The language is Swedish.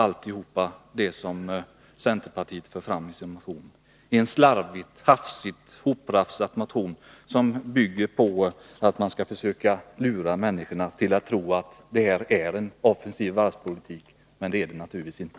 Allt det som centerpartiet för fram är ingenting annat än en stor bluff, en slarvig, hafsigt hoprafsad motion som bygger på att försöka lura människor att tro att detta är en offensiv varvspolitik. Men det är det naturligtvis inte.